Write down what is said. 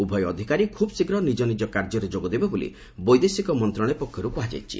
ଉଭୟ ଅଧିକାରୀ ଖୁବ୍ ଶୀଘ୍ର ନିଜ ନିଜ କାର୍ଯ୍ୟରେ ଯୋଗଦେବେ ବୋଲି ବୈଦେଶିକ ମନ୍ତ୍ରଣାଳୟ ପକ୍ଷରୁ କ୍ହାଯାଇଛି